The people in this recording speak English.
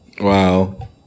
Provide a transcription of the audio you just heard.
wow